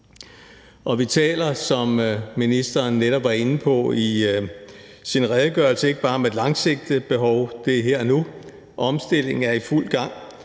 Vi taler – som ministeren netop var inde på i sin redegørelse – ikke bare om et langsigtet behov. Det er her og nu; omstillingen er i fuld gang.